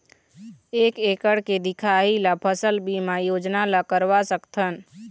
एक एकड़ के दिखाही ला फसल बीमा योजना ला करवा सकथन?